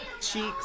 cheeks